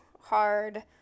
hard